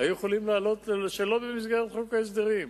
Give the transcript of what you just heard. היו יכולים לעלות שלא במסגרת חוק ההסדרים.